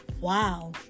wow